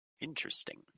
Interesting